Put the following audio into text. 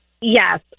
Yes